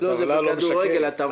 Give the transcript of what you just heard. הטבלה לא משקרת.